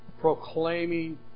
proclaiming